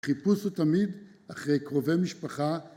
חיפוש הוא תמיד אחרי קרובי משפחה.